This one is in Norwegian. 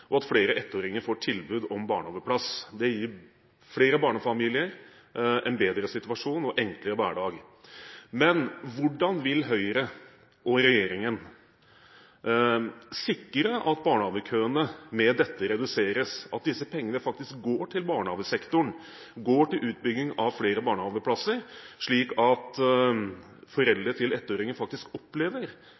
og at flere ettåringer får tilbud om barnehageplass. Det gir flere barnefamilier en bedre situasjon og en enklere hverdag. Men hvordan vil Høyre og regjeringen sikre at barnehagekøene med dette reduseres – at disse pengene faktisk går til barnehagesektoren og til utbygging av flere barnehageplasser – slik at foreldre til ettåringer faktisk opplever